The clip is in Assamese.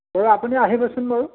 বাৰু আপুনি আহিবচোন বাৰু